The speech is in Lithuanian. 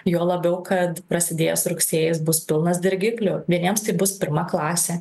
juo labiau kad prasidėjęs rugsėjis bus pilnas dirgiklių vieniems tai bus pirma klasė